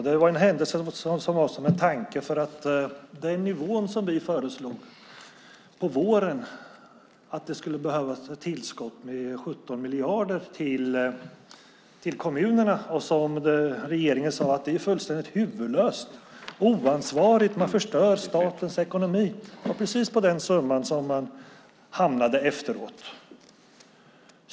Herr talman! Det är en händelse som ser ut som en tanke. Vi föreslog på våren att det skulle behövas ett tillskott med 17 miljarder till kommunerna. Regeringen sade att det var fullständigt huvudlöst och oansvarigt och att man förstörde statens ekonomi. Det var på just den summan som man hamnade sedan.